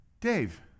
Dave